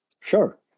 Sure